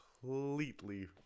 completely